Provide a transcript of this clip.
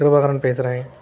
கிருபாகரன் பேசுகிறேன்